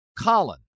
Colin